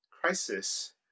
crisis